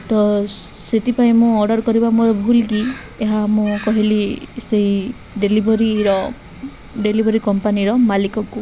ତ ସେଥିପାଇଁ ମୁଁ ଅର୍ଡ଼ର୍ କରିବା ମୋର ଭୁଲ୍ କିି ଏହା ମୁଁ କହିଲି ସେହି ଡେଲିଭରିର ଡେଲିଭରି କମ୍ପାନୀର ମାଲିକକୁ